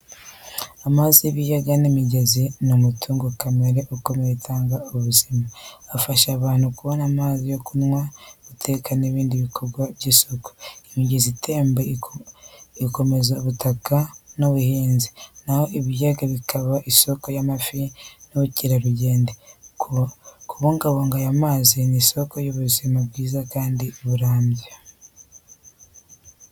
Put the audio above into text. Amazi y’ibiyaga n’imigezi ni umutungo kamere ukomeye utanga ubuzima. Afasha abantu kubona amazi yo kunywa, guteka n’ibindi bikorwa by’isuku. Imigezi itemba ikomeza ubutaka n’ubuhinzi, na ho ibiyaga bikaba isoko y’amafi n’ubukerarugendo. Kubungabunga aya mazi ni isoko y’ubuzima bwiza kandi burambye.